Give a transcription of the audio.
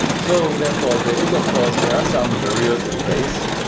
so therefore, there is of course there are some barriers in place.